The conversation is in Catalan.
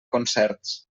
concerts